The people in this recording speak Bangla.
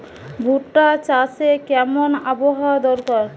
ভুট্টা চাষে কেমন আবহাওয়া দরকার?